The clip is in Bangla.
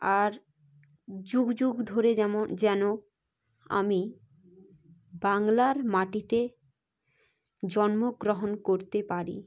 আর যুগ যুগ ধরে যেমন যেন আমি বাংলার মাটিতে জন্মগ্রহণ করতে পারি